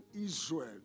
Israel